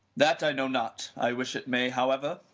that i know not, i wish it may however,